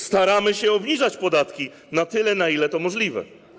Staramy się obniżać podatki na tyle, na ile to możliwe.